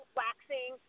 waxing